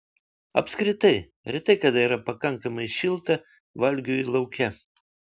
apskritai retai kada yra pakankamai šilta valgiui lauke